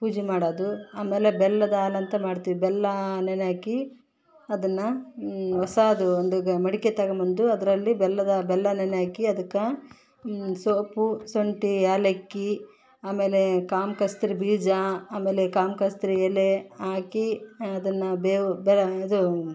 ಪೂಜೆ ಮಾಡೋದು ಆಮೇಲೆ ಬೆಲ್ಲದ ಹಾಲಂತ ಮಾಡ್ತೀವಿ ಬೆಲ್ಲ ನೆನೆ ಹಾಕಿ ಅದನ್ನು ಹೊಸಾದು ಒಂದು ಗ ಮಡಿಕೆ ತಗೊಂಬಂದು ಅದರಲ್ಲಿ ಬೆಲ್ಲದ ಬೆಲ್ಲ ನೆನೆ ಹಾಕಿ ಅದಕ್ಕೆ ಸೊಪ್ಪು ಶುಂಠಿ ಏಲಕ್ಕಿ ಆಮೇಲೆ ಕಾಮ ಕಸ್ತೂರಿ ಬೀಜ ಆಮೇಲೆ ಕಾಮ ಕಸ್ತೂರಿ ಎಲೆ ಹಾಕಿ ಅದನ್ನು ಬೇವು ಬೆರ ಇದು